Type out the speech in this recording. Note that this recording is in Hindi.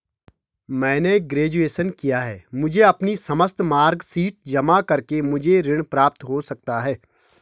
मैंने ग्रेजुएशन किया है मुझे अपनी समस्त मार्कशीट जमा करके मुझे ऋण प्राप्त हो सकता है?